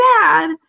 bad